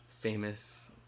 famous